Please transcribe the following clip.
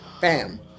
Bam